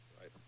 right